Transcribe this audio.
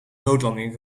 noodlanding